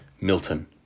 Milton